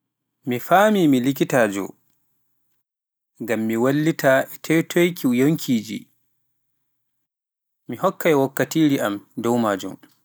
Mi faamii mi likitaajo, ngam mi wallita teetoyki yonkiiji, mi hokkay wakkatiiri am dow maajum.